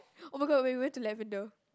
[oh]-my-god we went to Lavender